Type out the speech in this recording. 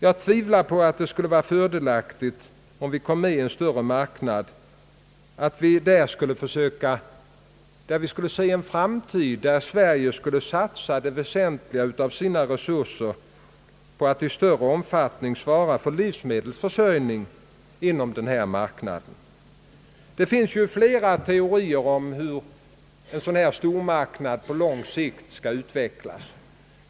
Jag tvivlar på att det skulle vara fördelaktigt, om Sverige kommer med i en större marknad, att vi skulle satsa det väsentliga av våra resurser på att i större omfattning svara för livsmedelsförsörjning inom denna marknad. Det finns flera teorier om hur en stormarknad på lång sikt skall utvecklas.